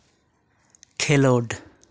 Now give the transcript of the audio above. ᱠᱷᱮᱞᱳᱰ